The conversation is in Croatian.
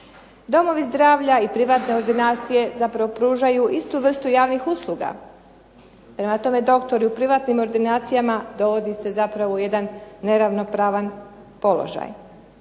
Domovi zdravlja i privatne ordinacije zapravo pružaju istu vrstu javnih usluga, prema tome doktore u privatnim ordinacijama dovodi se zapravo u jedan neravnopravan položaj.